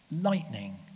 lightning